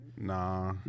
Nah